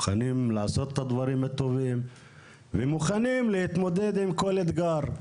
מוכנים לעשות את הדברים הטובים ומוכנים להתמודד עם כל אתגר,